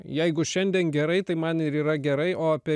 jeigu šiandien gerai tai man ir yra gerai o apie